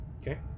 Okay